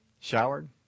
showered